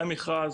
היה מכרז,